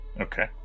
Okay